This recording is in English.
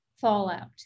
fallout